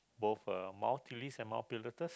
both uh Mount-Titlis and Mount-Pilatus